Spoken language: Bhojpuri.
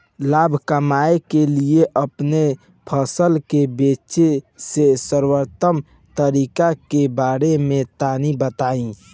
लाभ कमाने के लिए अपनी फसल के बेचे के सर्वोत्तम तरीके के बारे में तनी बताई?